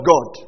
God